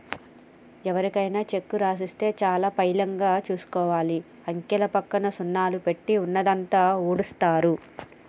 ఎవరికైనా చెక్కు రాసిస్తే చాలా పైలంగా చూసుకోవాలి, అంకెపక్క సున్నాలు పెట్టి ఉన్నదంతా ఊడుస్తరు